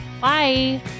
Bye